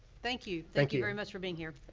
thank you. thank you very much for being here.